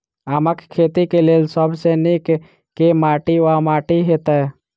आमक खेती केँ लेल सब सऽ नीक केँ माटि वा माटि हेतै?